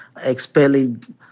expelling